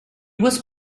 was